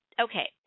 okay